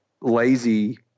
lazy